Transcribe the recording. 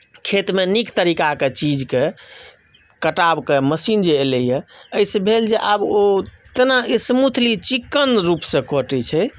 खेतमे नीक तरीकाके चीजके कटावके मशीन जे एलैए एहिसँ भेल जे आब ओ तेना स्मूथली चिक्कन रूपसँ कटैत छै